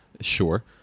Sure